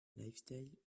lifestyle